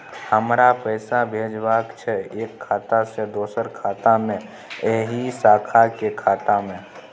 हमरा पैसा भेजबाक छै एक खाता से दोसर खाता मे एहि शाखा के खाता मे?